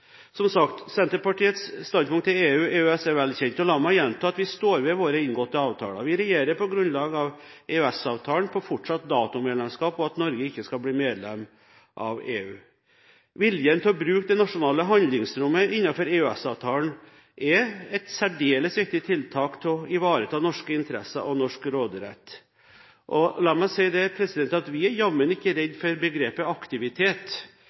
Som sagt: Senterpartiets standpunkt til EU og EØS er vel kjent. La meg gjenta at vi står ved våre inngåtte avtaler. Vi regjerer på grunnlag av EØS-avtalen, fortsatt NATO-medlemskap, og at Norge ikke skal bli medlem av EU. Viljen til å bruke det nasjonale handlingsrommet innenfor EØS-avtalen er et særdeles viktig tiltak for å ivareta norske interesser og norsk råderett. La meg si at vi er neimen ikke